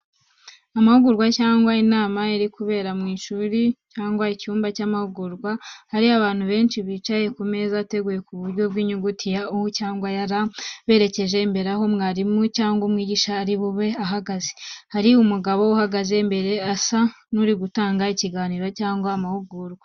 Amahugurwa cyangwa inama iri kubera mu ishuri cyangwa icyumba cy’amahugurwa. hari abantu benshi bicaye ku meza ateguye mu buryo bw’inyuguti ya “U” cyangwa “L”, berekeje imbere aho umwarimu cyangwa umwigisha ari guhagaze. Hari umugabo uhagaze imbere, usa n’uri gutanga ikiganiro cyangwa amahugurwa.